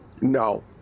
No